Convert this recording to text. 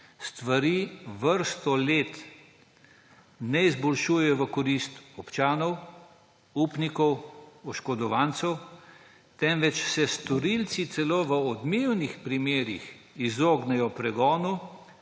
stvari vrsto let ne izboljšujejo v korist občanov, upnikov, oškodovancev, temveč se storilci celo v odmevnih primerih izognejo pregonu